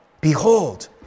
Behold